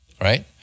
right